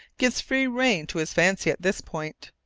gives free rein to his fancy at this point.